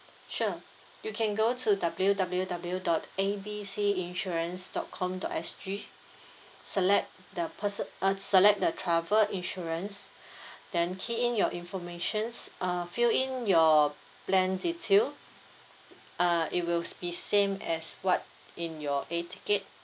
sure you can go to W W W dot A B C insurance dot com dot S G select the person~ uh select the travel insurance then key in your informations uh fill in your plane detail uh it will be same as what in your air ticket